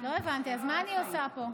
לא הבנתי, אז מה אני עושה פה?